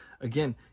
again